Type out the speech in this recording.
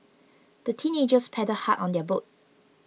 the teenagers paddled hard on their boat